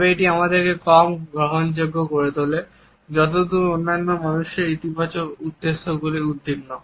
তবে এটি আমাদেরকে কম গ্রহণযোগ্য করে তোলে যতদূর অন্যান্য মানুষের ইতিবাচক উদ্দেশ্যগুলি উদ্বিগ্ন